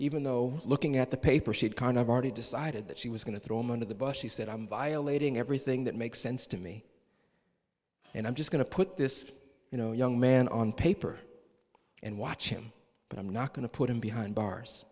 even though looking at the paper she had kind of already decided that she was going to throw him under the bus she said i'm violating everything that makes sense to me and i'm just going to put this you know young man on paper and watch him but i'm not going to put him behind bars